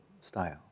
style